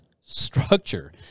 structure